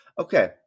Okay